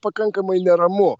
pakankamai neramu